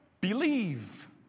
believe